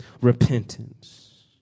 repentance